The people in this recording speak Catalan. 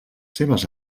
seves